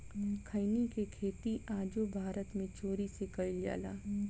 खईनी के खेती आजो भारत मे चोरी से कईल जाला